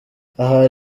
aha